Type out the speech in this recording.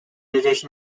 addition